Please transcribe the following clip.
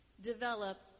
develop